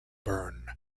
burn